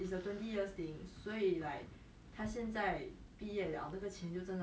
twenty years as in 他出生就买了啊 holy